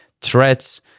threats